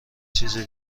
چیزه